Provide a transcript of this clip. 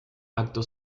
acto